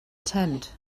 tent